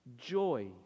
Joy